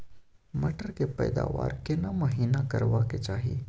मटर के पैदावार केना महिना करबा के चाही?